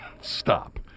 Stop